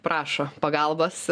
prašo pagalbos